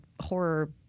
horror